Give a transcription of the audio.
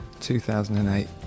2008